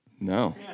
no